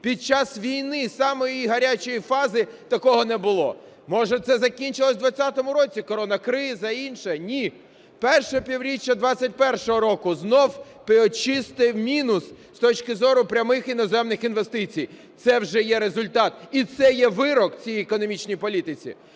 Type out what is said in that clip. Під час війни, самої гарячої її фази такого не було. Може це закінчилося в 20-му році? Коронакриза, інше… Ні. Перше півріччя 21-го року – знову чистий мінус з точки зору прямих іноземних інвестицій. Це вже є результат. І це є вирок цій економічній політиці.